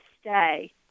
stay